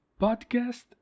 podcast